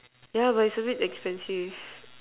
yeah but it's a bit expensive